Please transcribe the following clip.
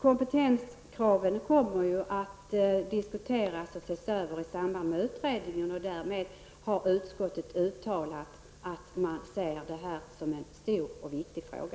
Kompetenskrav kommer att diskuteras och ses över i samband med utredningen, och därmed har utskottet uttalat att detta är en stor och viktig fråga.